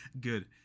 Good